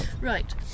Right